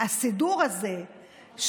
אין אידיאולוגיה,